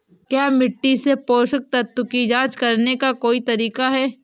क्या मिट्टी से पोषक तत्व की जांच करने का कोई तरीका है?